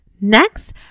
Next